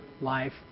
life